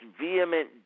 vehement